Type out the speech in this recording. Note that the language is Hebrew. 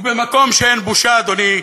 ובמקום שאין בושה, אדוני,